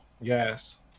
yes